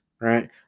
right